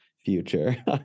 future